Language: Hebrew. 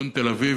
בצפון תל-אביב.